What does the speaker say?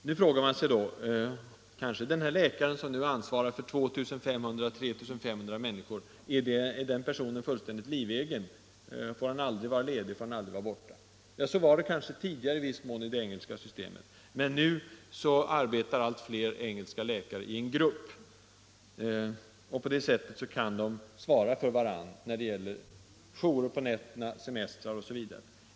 Nu frågar kanske någon om denne läkare, som ansvarar för 2 500-3 500 människor, är fullständigt livegen, om han aldrig får vara ledig och om han aldrig får resa bort. Ja, så var det kanske tidigare i viss mån i det engelska systemet, men nu arbetar allt fler engelska läkare i grupp. På det sättet kan de svara för varandra när det gäller jourer om nätterna, under semestrarna osv.